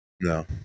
No